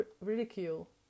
ridicule